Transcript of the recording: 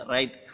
Right